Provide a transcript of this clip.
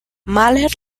mahler